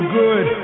good